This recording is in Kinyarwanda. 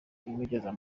imugeza